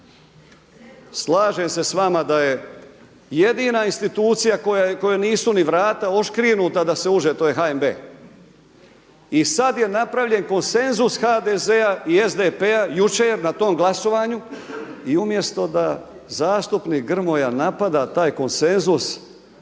Slažem se sa vama da je jedina institucija kojoj nisu ni vrata odškrinuta da se uđe, to je HNB. I sad je napravljen konsenzus HDZ-a i SDP-a jučer na tom glasovanju. I umjesto da zastupnik Grmoja napada taj konsenzus